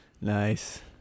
nice